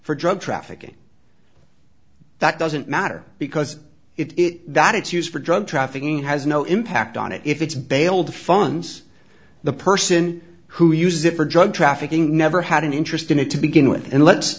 for drug trafficking that doesn't matter because it that it's used for drug trafficking has no impact on it if it's bailed funs the person who uses it for drug trafficking never had an interest in it to begin with and let